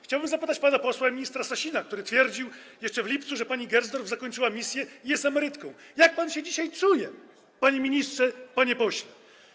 Chciałbym zapytać pana posła, ministra Sasina, który jeszcze w lipcu twierdził, że pani Gersdorf zakończyła misję i jest emerytką: Jak pan się dzisiaj czuje, panie ministrze, panie pośle?